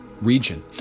region